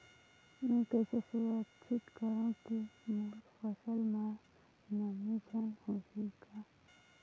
मैं कइसे सुरक्षित करो की मोर फसल म नमी झन होही ग?